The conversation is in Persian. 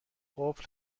قفل